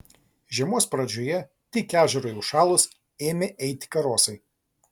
žiemos pradžioje tik ežerui užšalus ėmę eiti karosai